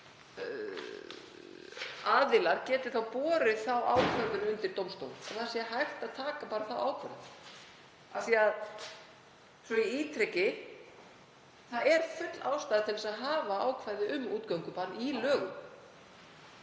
aðilar geti borið þá ákvörðun undir dómstóla, það sé hægt að taka bara þá ákvörðun, af því að, svo ég ítreki, það er full ástæða til að hafa ákvæði um útgöngubann í lögum.